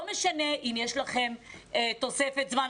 לא משנה אם יש לכם תוספת זמן,